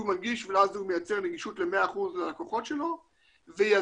הוא מנגיש ואז הוא מייצר נגישות ל-100% מהלקוחות שלו ויזם